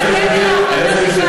אם זו הייתה הסתה,